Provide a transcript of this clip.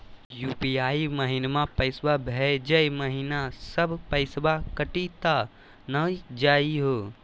UPI महिना पैसवा भेजै महिना सब पैसवा कटी त नै जाही हो?